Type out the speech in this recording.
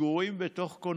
סגורים בתוך קונטיינר,